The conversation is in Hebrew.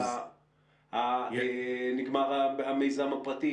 איפה נגמר המיזם הפרטי.